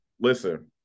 Listen